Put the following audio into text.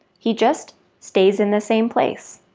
he just stays in the same place.